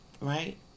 Right